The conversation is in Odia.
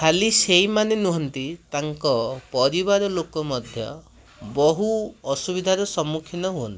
ଖାଲି ସେଇମାନେ ନୁହଁନ୍ତି ତାଙ୍କ ପରିବାର ଲୋକ ମଧ୍ୟ ବହୁ ଅସୁବିଧାର ସମ୍ମୁଖୀନ ହୁଅନ୍ତି